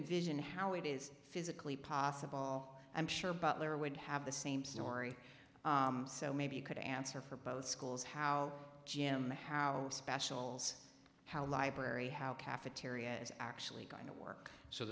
envision how it is physically possible i'm sure butler would have the same story so maybe you could answer for both schools how jim how specials how library how cafeteria is actually going to work so